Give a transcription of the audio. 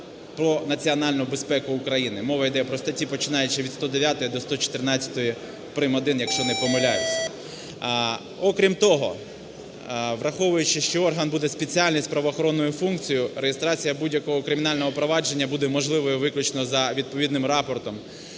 про національну безпеку України. Мова йде про статті, починаючи від 109 до 114 прим один, якщо не помиляюся. Окрім того, враховуючи, що орган буде спеціальний із правоохоронною функцією, реєстрація будь-якого кримінального провадження буде можливою, виключно за відповідним рапортом